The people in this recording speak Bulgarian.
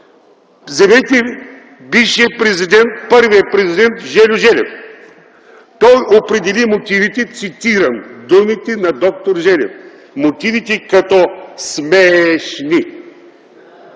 вземете бившия президент, първия президент Желю Желев. Той определи мотивите, цитирам думите на д-р Желев, мотивите като „сме-е-е-шни”